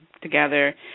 together